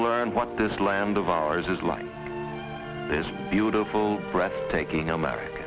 learn what this land of ours is like this beautiful breathtaking americ